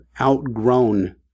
outgrown